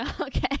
Okay